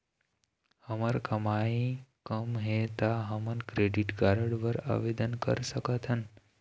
हमर कमाई कम हे ता हमन क्रेडिट कारड बर आवेदन कर सकथन?